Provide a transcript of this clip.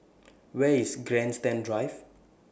Where IS Grandstand Drive